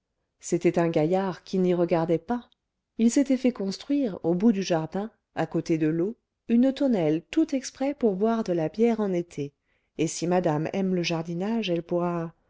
c'était un gaillard qui n'y regardait pas il s'était fait construire au bout du jardin à côté de l'eau une tonnelle tout exprès pour boire de la bière en été et si madame aime le jardinage elle pourra